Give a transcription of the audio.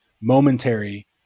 momentary